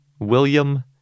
William